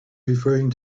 referring